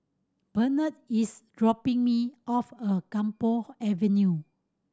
Bernard is dropping me off a Camphor Avenue